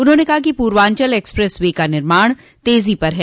उन्होंने कहा कि पूर्वांचल एक्सप्रेस वे का निर्माण तेजी पर है